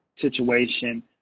situation